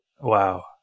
Wow